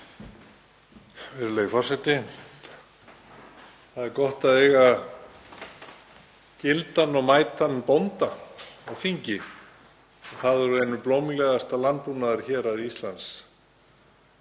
Það er gott að eiga gildan og mætan bónda á þingi og það úr einu blómlegasta landbúnaðarhéraði Íslands;